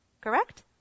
Correct